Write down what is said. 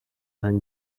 han